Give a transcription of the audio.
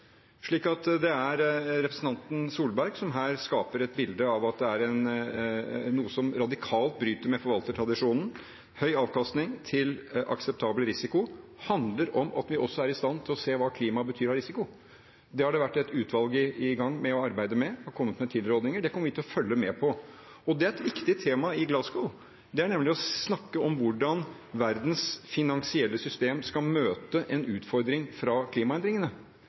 det er representanten Solberg som her skaper et bilde av at det er noe som radikalt bryter med forvaltertradisjonen. Høy avkastning til akseptabel risiko handler om at vi også er i stand til å se hva klima betyr av risiko. Det har det vært et utvalg i gang med å arbeide med, som har kommet med tilrådninger, og det kommer vi til å følge med på. Og det er et viktig tema i Glasgow, nemlig å snakke om hvordan verdens finansielle system skal møte en utfordring fra klimaendringene.